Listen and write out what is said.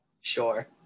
Sure